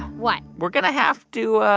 what? we're going to have to.